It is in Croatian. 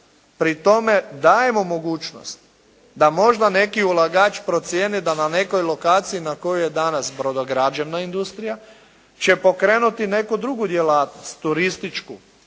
pri tome dajemo mogućnost da možda neki ulagač procjeni da na nekoj lokaciji na kojoj je danas brodograđevna industrija će pokrenuti neku drugu djelatnost, turističku,